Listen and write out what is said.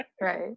Right